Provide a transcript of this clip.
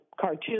cartoon